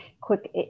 quick